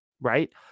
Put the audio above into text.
right